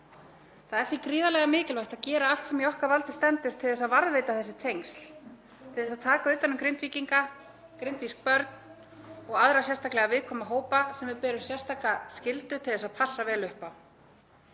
Það er því gríðarlega mikilvægt að gera allt sem í okkar valdi stendur til að varðveita þessi tengsl, til að taka utan um Grindvíkinga, grindvísk börn og aðra sérstaklega viðkvæma hópa sem við berum sérstaka skyldu til þess að passa vel upp á.